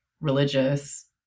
religious